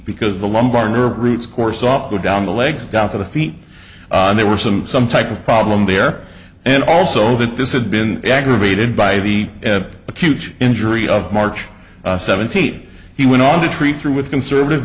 because the lumbar nerve roots course up go down the legs down to the feet there were some some type of problem there and also that this had been aggravated by the acute injury of march seventy eight he went on to treat through with conservative